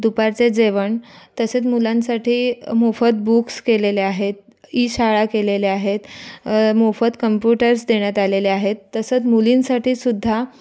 दुपारचे जेवण तसेच मुलांसाठी मोफत बुक्स केलेले आहेत ई शाळा केलेल्या आहेत मोफत कंपूटरस् देण्यात आलेले आहेत तसंच मुलींसाठीसुद्धा